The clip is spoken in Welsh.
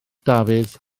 dafydd